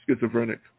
schizophrenic